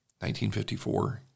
1954